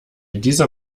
dieser